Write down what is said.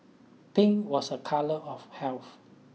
pink was a colour of health